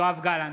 יואב גלנט,